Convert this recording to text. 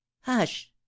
Hush